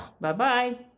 Bye-bye